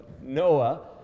Noah